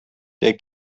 der